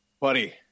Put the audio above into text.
Buddy